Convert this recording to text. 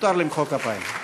מותר למחוא כפיים.